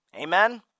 Amen